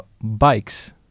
bikes